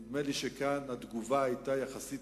נדמה לי שכאן התגובה היתה מהירה יחסית,